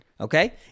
okay